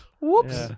Whoops